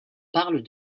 parle